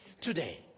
Today